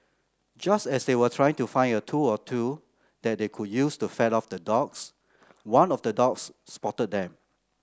just as they were trying to find a tool or two that they could use to fend off the dogs one of the dogs spotted them